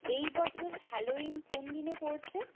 এই বছর হ্যালোউইন কোন দিনে পড়ছে